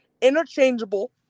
Interchangeable